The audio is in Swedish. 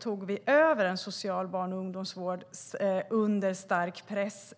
tog vi över en social barn och ungdomsvård som redan var under en stark press.